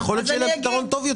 אני אגיד.